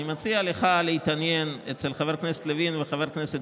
אני מציע לך להתעניין אצל חבר הכנסת לוין וחבר הכנסת